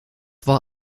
war